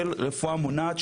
של רפואה מונעת,